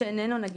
שאיננו נגיש,